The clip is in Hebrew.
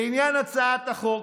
לעניין הצעת החוק,